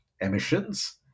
emissions